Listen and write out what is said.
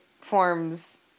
forms